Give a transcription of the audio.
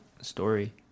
story